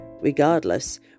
Regardless